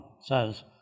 says